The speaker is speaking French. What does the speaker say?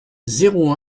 zéro